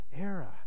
era